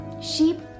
Sheep